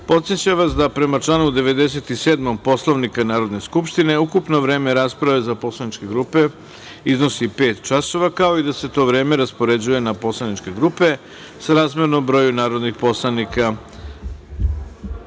podsećam vas da prema članu 97. Poslovnika Narodne skupštine, ukupno vreme rasprave za poslaničke grupe iznosi pet časova, kao i da se to vreme raspoređuje na poslaničke grupe srazmerno broju narodnih poslanika